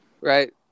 Right